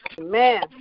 Amen